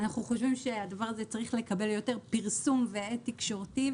אנחנו חושבים שהדבר הזה צריך לקבל יותר פרסום והד תקשורתי,